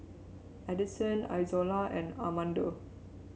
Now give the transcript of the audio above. Addison Izola and Armando